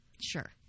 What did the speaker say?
Sure